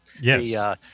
Yes